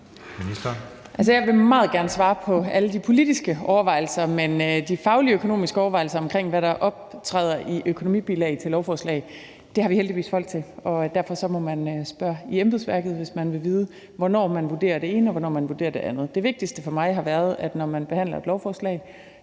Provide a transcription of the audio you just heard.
jeg vil meget gerne svare på alle de politiske overvejelser, men de faglige, økonomiske overvejelser om, hvad der optræder i økonomibilag til lovforslag, har vi heldigvis folk til. Derfor må man spørge i embedsværket, hvis man vil vide, hvornår man vurderer det ene, og hvornår man vurderer det andet. Det vigtigste for mig har været, at når man behandler et lovforslag,